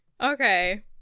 Okay